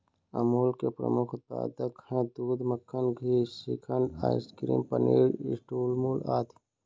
अमूल के प्रमुख उत्पाद हैं दूध, मक्खन, घी, श्रीखंड, आइसक्रीम, पनीर, न्यूट्रामुल आदि